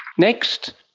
next,